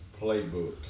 playbook